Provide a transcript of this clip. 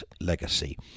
legacy